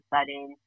sudden